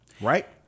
right